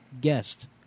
guest